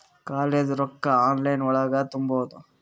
College ರೊಕ್ಕ online ಒಳಗ ತುಂಬುದು?